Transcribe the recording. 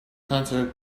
consider